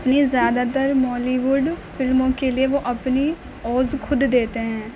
اپنی زیادہ تر مولی وڈ فلموں کے لیے وہ اپنی آواز خود دیتے ہیں